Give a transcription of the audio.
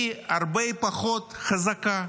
היא הרבה פחות חזקה,